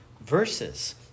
verses